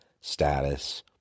status